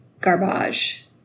garbage